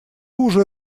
уже